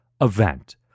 event